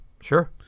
Sure